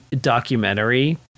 documentary